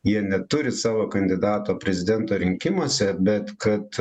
jie neturi savo kandidato prezidento rinkimuose bet kad